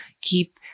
keep